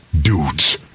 dudes